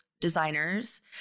designers